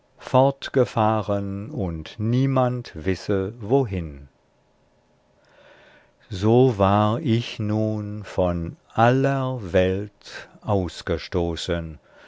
fortgefahren und niemand wisse wohin so war ich nun von aller welt ausgestoßen